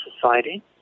society